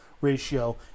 ratio